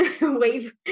wave